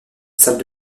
salle